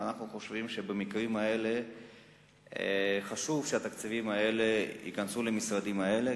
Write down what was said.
ואנחנו חושבים שבמקרים האלה חשוב שהתקציבים האלה ייכנסו למשרדים האלה,